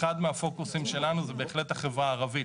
אחד מהפוקוסים שלנו זה בהחלט החברה הערבית.